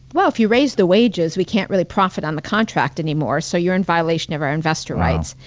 well, if you raise the wages, we can't really profit on the contract anymore. so you're in violation of our investor rights.